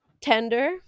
tender